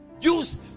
use